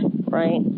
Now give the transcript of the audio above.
right